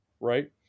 right